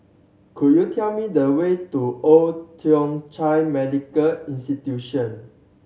could you tell me the way to Old Thong Chai Medical Institution